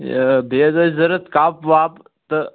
یہِ بیٚیہِ حظ ٲسۍ ضروٗرت کَپ وَپ تہٕ